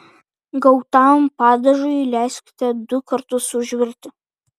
gautam padažui leiskite du kartus užvirti